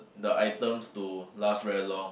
the items to last very long